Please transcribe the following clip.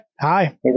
Hi